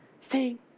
sing